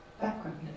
background